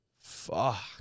Fuck